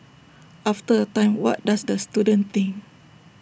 after A time what does the student think